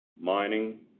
mining